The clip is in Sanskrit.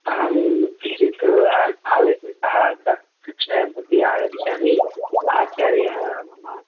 अहं किञ्चित् आलस्य सहात्र कक्षायां प्रति आगच्छामि आचार्याः मम